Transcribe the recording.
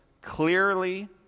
clearly